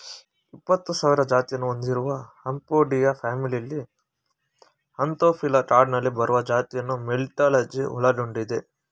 ಇಪ್ಪತ್ಸಾವಿರ ಜಾತಿಯನ್ನು ಹೊಂದಿರುವ ಅಪೊಯಿಡಿಯಾ ಫ್ಯಾಮಿಲಿಲಿ ಆಂಥೋಫಿಲಾ ಕ್ಲಾಡ್ನಲ್ಲಿ ಬರುವ ಜಾತಿಯನ್ನು ಮೆಲಿಟಾಲಜಿ ಒಳಗೊಂಡಿದೆ